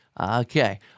Okay